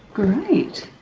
great.